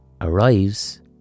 arrives